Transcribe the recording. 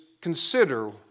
consider